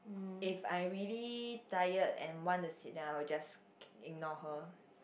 if I really tired and want the seat then I will just c~ ignore her